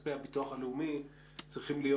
כספי הביטוח הלאומי צריכים להיות